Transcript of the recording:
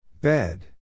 Bed